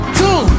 two